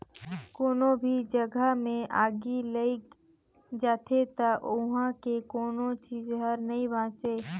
कोनो भी जघा मे आगि लइग जाथे त उहां के कोनो चीच हर नइ बांचे